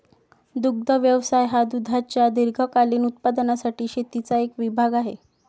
दुग्ध व्यवसाय हा दुधाच्या दीर्घकालीन उत्पादनासाठी शेतीचा एक विभाग आहे